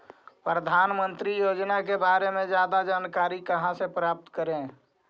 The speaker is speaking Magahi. प्रधानमंत्री योजना के बारे में जादा जानकारी कहा से प्राप्त करे?